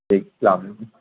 ٹھیک السلام علیکم